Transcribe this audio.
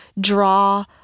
draw